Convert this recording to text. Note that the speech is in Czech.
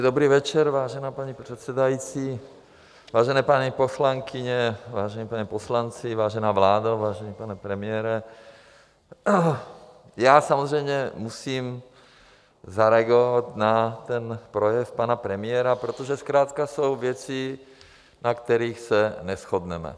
Dobrý večer, vážená paní předsedající, vážené paní poslankyně, vážení páni poslanci, vážená vládo, vážený pane premiére, já samozřejmě musím zareagovat na ten projev pana premiéra, protože zkrátka jsou věci, na kterých se neshodneme.